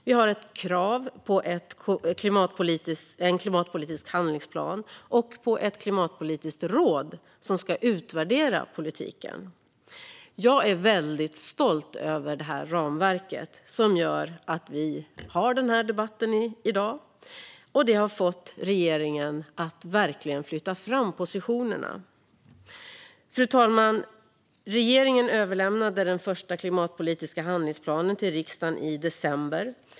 Vi har ett krav på en klimatpolitisk handlingsplan och på ett klimatpolitiskt råd, som ska utvärdera politiken. Jag är väldigt stolt över det här ramverket, som gör att vi har den här debatten i dag. Det har också fått regeringen att verkligen flytta fram positionerna. Fru talman! Regeringen överlämnade i december den första klimatpolitiska handlingsplanen till riksdagen.